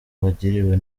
bagiriwe